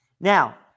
Now